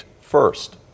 first